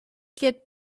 get